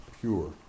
pure